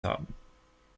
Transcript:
haben